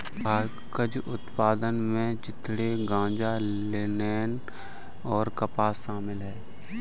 कागज उत्पादन में चिथड़े गांजा लिनेन और कपास शामिल है